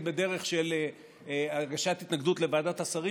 בדרך של הגשת התנגדות לוועדת השרים.